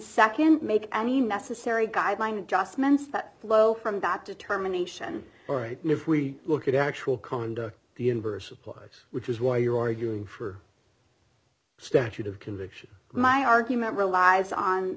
and nd make any necessary guideline adjustments that flow from that determination right now if we look at actual conduct the inverse applies which is why you're arguing for statute of conviction my argument relies on